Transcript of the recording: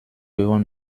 devant